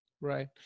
Right